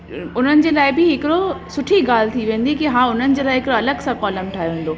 उन्हनि जे लाइ बि हिकिड़ो सुठी ॻाल्हि थी वेंदी कि हा उन्हनि जे लाइ हिकु अलॻि सां कोलम ठाहियो वेंदो